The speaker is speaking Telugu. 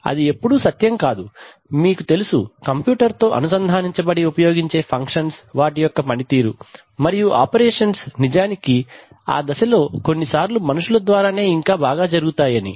అది ఎప్పుడూ సత్యం కాదు మీకు తెలుసు కంప్యూటర్ తో అనుసంధానించబడి ఉపయోగించే ఫంక్షన్స్ వాటి యొక్క పనితీరు మరియు ఆపరేషన్స్ నిజానికి ఆ దశలో కొన్ని సార్లు మనుషుల ద్వారానే ఇంకా బాగా జరుగుతాయని